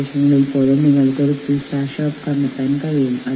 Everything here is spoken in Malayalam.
പക്ഷേ ചില ആളുകൾക്ക് അത് ശരിയാകണമെന്നില്ല